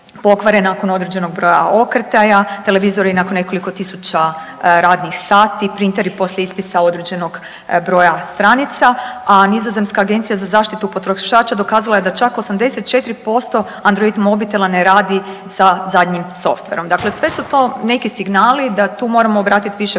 nakon određenog broja okretaja, televizori nakon nekoliko tisuća radnih sati, printeri poslije ispisa određenog broja stranica, a nizozemska agencija za zaštitu potrošača dokazala je da čak 84% android mobitela ne radi sa zadnjim softverom. Dakle, sve su to neki signali da tu moramo obratiti više